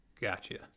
Gotcha